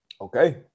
Okay